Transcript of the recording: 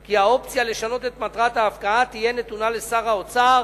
כי האופציה לשנות את מטרת ההפקעה תהיה נתונה לשר האוצר